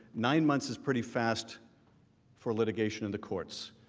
nine months is pretty fast for litigation in the courts.